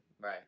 Right